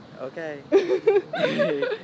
Okay